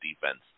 defense